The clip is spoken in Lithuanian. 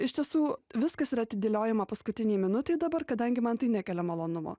iš tiesų viskas yra atidėliojama paskutinei minutei dabar kadangi man tai nekelia malonumo